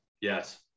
Yes